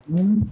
כן.